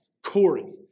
Corey